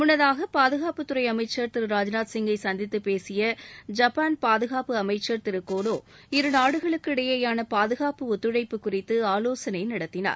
முன்னதாக பாதுகாப்புத்துறை அமைச்சர் திரு ராஜ்நாத்சிங்கை சந்தித்துப் பேசிய ஜப்பாள் பாதுகாப்பு அமைச்சர் திரு கோனோ இருநாடுகளுக்கு இடையேயான பாதுகாப்பு ஒத்துழைப்பு குறித்து ஆவோசனை நடத்தினர்